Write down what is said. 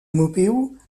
maupeou